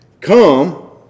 come